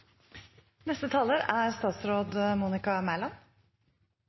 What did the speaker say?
Neste talar er